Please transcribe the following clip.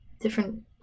different